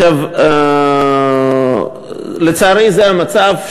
לצערי, זה המצב.